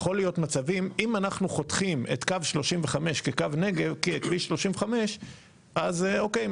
יכול להיות מצבים אם אנחנו חותכים את קו 35 ככביש 35 אז אוקיי,